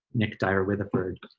nick dyer-witheford,